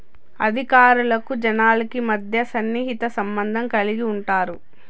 అధికారులకు జనాలకి మధ్య సన్నిహిత సంబంధం కలిగి ఉంటారు